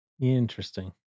Interesting